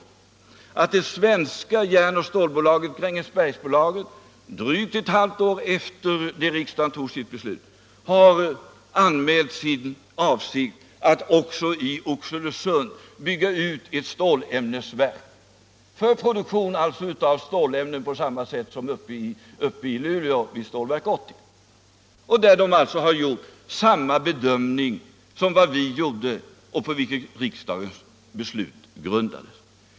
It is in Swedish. De ligger också till grund för det svenska Grängesbergsbolagets anmälan — drygt ett halvt år efter det att riksdagen fattat sitt beslut — om sin avsikt att bygga ut ett stålämnesverk i Oxelösund för produktion av stålämnen. Grängesbergsbolaget har alltså gjort samma bedömning som vi gjorde och på vilket riksdagens beslut grundades.